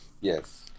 Yes